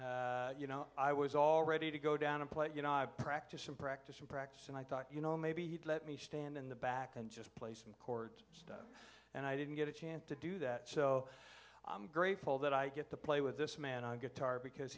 gangel you know i was all ready to go down and play you know i practice and practice and practice and i thought you know maybe he'd let me stand in the back and just play some chord stuff and i didn't get a chance to do that so i'm grateful that i get to play with this man on guitar because